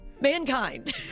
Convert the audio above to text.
Mankind